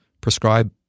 prescribe